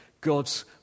God's